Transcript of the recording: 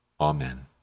Amen